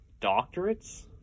doctorates